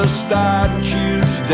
statues